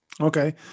Okay